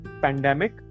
pandemic